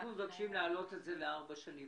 אנחנו מבקשים להעלות את זה לארבע שנים.